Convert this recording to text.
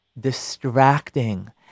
distracting